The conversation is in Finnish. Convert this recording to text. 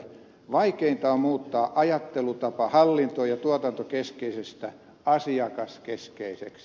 vaikeinta on muuttaa ajattelutapa hallinto ja tuotantokeskeisestä asiakaskeskeiseksi